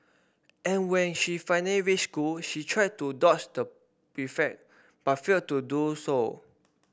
and when she finally reached school she tried to dodge the prefect but failed to do so